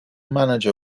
manager